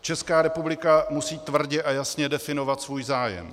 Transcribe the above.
Česká republika musí tvrdě a jasně definovat svůj zájem.